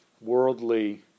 worldly